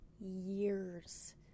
years